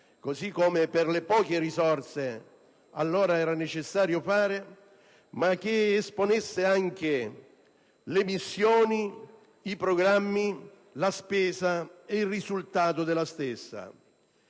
così come per le poche risorse allora era necessario fare, ma che esponesse anche le missioni, i programmi, la spesa e il risultato delle stesse.